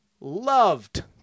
loved